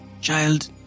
Child